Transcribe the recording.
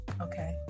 okay